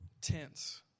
tense